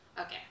okay